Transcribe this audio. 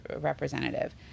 representative